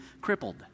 crippled